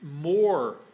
more